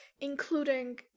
including